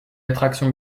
attraction